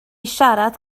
siarad